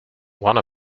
one